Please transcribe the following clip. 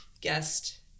guest